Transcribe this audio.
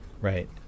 right